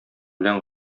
белән